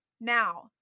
Now